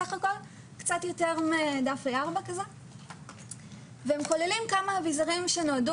קצת יותר מדף A4 והם כוללים כמה אביזרים שנועדו